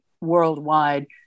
worldwide